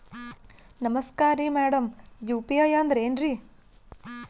ನಮಸ್ಕಾರ್ರಿ madam UPI ಅಂದ್ರೆನ್ರಿ?